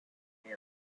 area